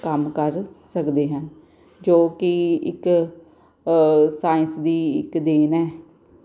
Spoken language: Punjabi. ਕੰਮ ਕਰ ਸਕਦੇ ਹਨ ਜੋ ਕਿ ਇੱਕ ਸਾਇੰਸ ਦੀ ਇੱਕ ਦੇਣ ਹੈ